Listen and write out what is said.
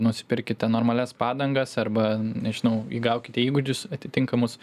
nusipirkite normalias padangas arba nežinau įgaukite įgūdžius atitinkamus